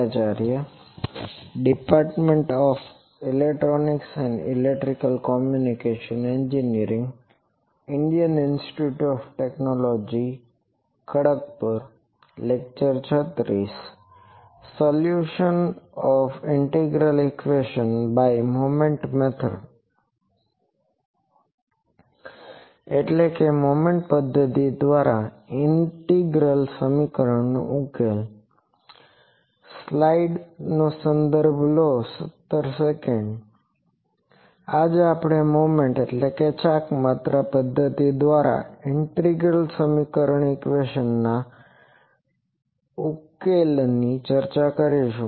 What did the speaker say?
આજે આપણે મોમેન્ટMomentચાક્માત્રા પદ્ધતિ દ્વારા ઇન્ટિગ્રલ સમીકરણના ઉકેલ વિશે ચર્ચા કરીશું